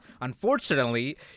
Unfortunately